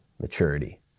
maturity